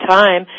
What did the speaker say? time